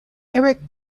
erik